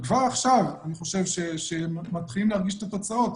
וכבר עכשיו אני חושב שמתחילים להרגיש את התוצאות,